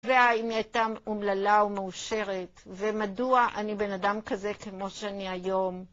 והאם היא הייתה אומללה או מאושרת, ומדוע אני בן אדם כזה כמו שאני היום...